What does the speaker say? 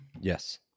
Yes